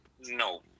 no